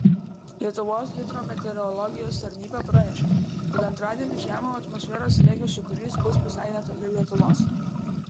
lietuvos hidrometeorologijos tarnyba pranešė kad antradienį žemo atmosferos slėgio sūkurys bus visai netoli lietuvos